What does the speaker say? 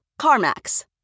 CarMax